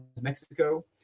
Mexico